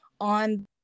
on